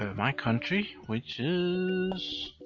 ah my country which is.